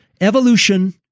Evolution